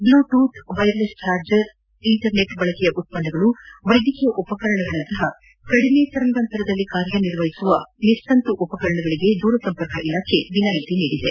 Bluetooth wireless charger ಇಂಟರ್ ಬಳಕೆಯ ಉತ್ವನ್ನಗಳು ವೈದ್ಯಕೀಯ ಉಪಕರಣಗಳಂತಹ ಕಡಿಮೆ ತರಂಗಾಂತರದಲ್ಲಿ ಕಾರ್ಯ ನಿರ್ವಹಿಸುವ ವೈರ್ಲೆಸ್ ಉಪಕರಣಗಳಿಗೆ ದೂರಸಂಪರ್ಕ ಇಲಾಖೆ ವಿನಾಯಿತಿ ನೀಡಿದೆ